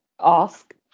ask